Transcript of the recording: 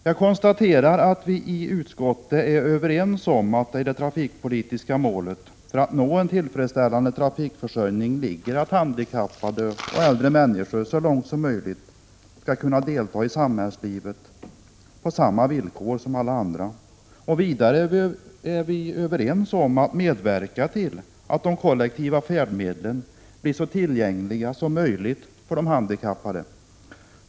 Jag konstaterar att vi i utskottet är överens om att det i det trafikpolitiska målet att nå en tillfredsställande trafikförsörjning ligger att handikappade och äldre människor så långt som möjligt skall kunna delta i samhällslivet på samma villkor som alla andra. Vidare är vi överens om att medverka till att de kollektiva färdmedlen blir så tillgängliga som möjligt för de handikappade.